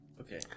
Okay